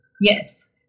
Yes